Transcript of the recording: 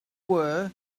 were